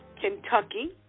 Kentucky